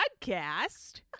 podcast